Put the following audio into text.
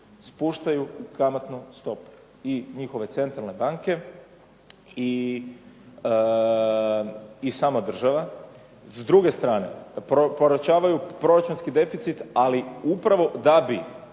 Spuštaju kamatnu stopu i njihove centralne banke i sama država. S druge strane proučavaju proračunski deficit ali upravo da bi